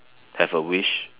have a wish